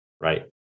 right